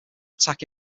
attack